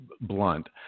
blunt –